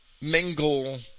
mingle